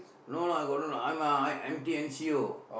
no lah I got no lah I am a I am N_T N_C_O